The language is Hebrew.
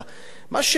על מה?